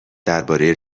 درباره